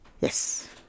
Yes